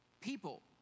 people